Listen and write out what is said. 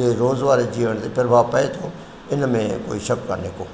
जे रोज़ वारे जीवन ते प्रभाव पए थो इन में कोई शकु कोन्हे को